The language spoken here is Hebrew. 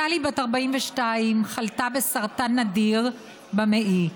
טלי, בת 42, חלתה בסרטן נדיר במעי.